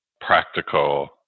practical